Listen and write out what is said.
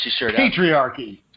Patriarchy